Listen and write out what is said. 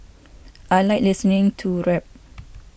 I like listening to rap